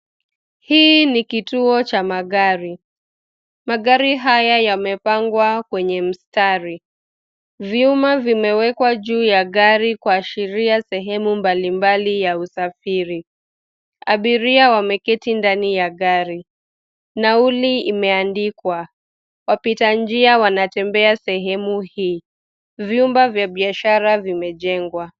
Hii ni kituo cha magari. Magari haya yamepangwa kwenye mstari. Vyuma vimewekwa juu ya gari kuashiria sehemu mbalimbali ya usafiri. Abiria wameketi ndani ya gari. Nauli imeandikwa. Wapita njia wanatembea sehemu hii. Vyumba vya biashara vimejengwa.